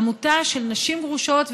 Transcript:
עמותה של נשים גרושות,